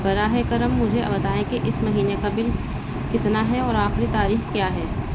براہ کرم مجھے یہ بتائیں کہ اس مہینے کا بل کتنا ہے اور آخری تاریخ کیا ہے